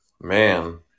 Man